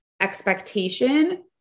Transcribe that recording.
expectation